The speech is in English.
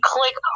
Click